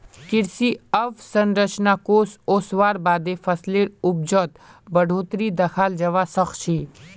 कृषि अवसंरचना कोष ओसवार बादे फसलेर उपजत बढ़ोतरी दखाल जबा सखछे